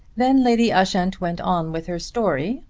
then lady ushant went on with her story.